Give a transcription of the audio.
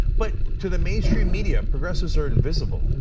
but to the mainstream media, progressives are invisible.